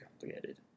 complicated